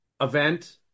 event